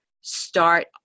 start